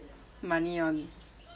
money on